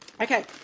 Okay